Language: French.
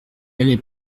allait